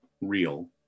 real